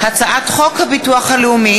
החלטת ועדת העבודה,